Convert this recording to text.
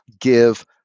give